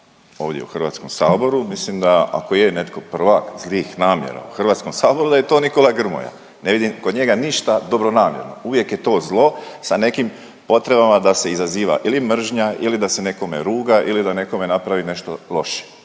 Ovdje u Hrvatskom saboru, mislim da ako je netko prvak zlih namjera u Hrvatskom saboru da je to Nikola Grmoja. Ne vidim kod njega ništa dobronamjerno. Uvijek je to zlo sa nekim potrebama, da se izaziva ili mržnja, ili da se nekome ruga ili da nekome napravi nešto loše.